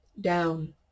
down